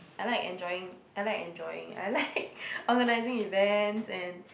I like enjoying I like enjoying I like organizing events and